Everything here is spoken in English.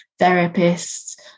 therapists